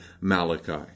Malachi